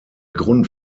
grund